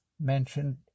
mentioned